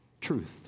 Truth